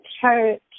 church